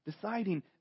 deciding